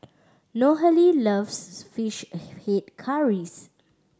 Nohely loves fish head curries